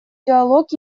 диалог